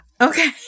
Okay